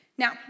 Now